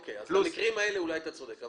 במקרים האלה אולי אתה צודק,